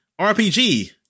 RPG